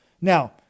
Now